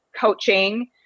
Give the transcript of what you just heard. coaching